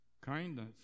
kindness